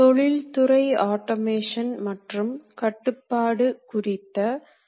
சிஎன்சிபற்றி பேசப்போகிறேன்